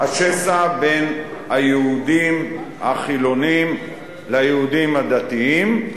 השסע בין היהודים החילונים ליהודים הדתיים,